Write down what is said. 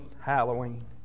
Halloween